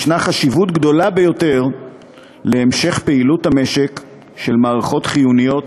יש חשיבות גדולה ביותר להמשך הפעילות במשק של מערכות חיוניות,